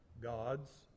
gods